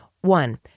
One